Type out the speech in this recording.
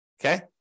Okay